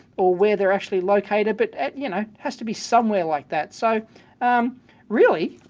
or where they're actually located. but you know, has to be somewhere like that. so really,